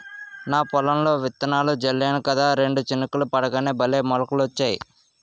నా పొలంలో విత్తనాలు జల్లేను కదా రెండు చినుకులు పడగానే భలే మొలకలొచ్చాయి